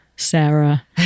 Sarah